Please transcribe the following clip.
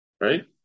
Right